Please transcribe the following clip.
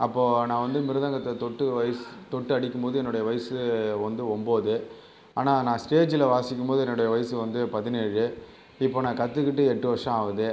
அப்போது நான் வந்து மிருதங்கத்தை தொட்டு வயது தொட்டு அடிக்கும்போது என்னுடைய வயது வந்து ஒம்போது ஆனால் நான் ஸ்டேஜில் வாசிக்கும்போது என்னுடைய வயது வந்து பதினேழு இப்போது நான் கத்துக்கிட்டு எட்டு வருஷம் ஆகுது